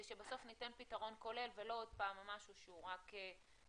שבסוף ניתן פיתרון כולל ולא משהו שהוא חלקי.